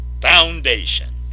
foundation